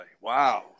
wow